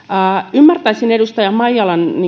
ymmärtäisin edustaja maijalan